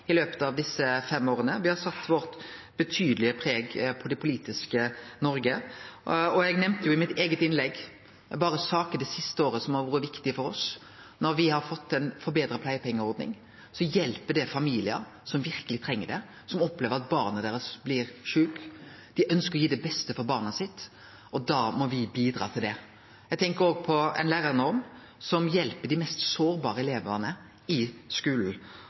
i løpet av desse fem åra. Me har sett vårt betydelege preg på det politiske Noreg. Eg nemnde i mitt eige innlegg berre saker det siste året som har vore viktige for oss. Når me har fått til ei forbetra pleiepengeordning, hjelper det familiar som verkeleg treng det, familiar som opplever at barnet deira blir sjukt. Dei ønskjer å gjere det beste for barnet sitt, og da må me bidra til det. Eg tenkjer på ei lærarnorm som hjelper dei mest sårbare elevane i skulen,